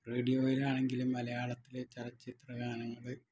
റേഡിയോയിലാണെങ്കിലും മലയാളതിലെ ചലച്ചിത്ര ഗാനങ്ങൾ